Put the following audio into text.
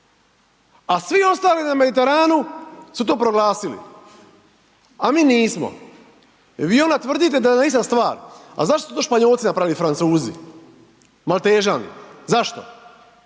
a svi ostali na Mediteranu su to proglasili, a mi nismo i vi onda tvrdite da je to ista stvar. A zašto su to Španjolci napravili i Francuzi, Maltežani, zašto?